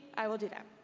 i will do that.